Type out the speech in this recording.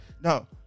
No